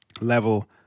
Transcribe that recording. level